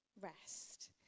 rest